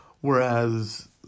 Whereas